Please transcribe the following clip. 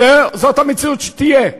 זאת המציאות שתהיה.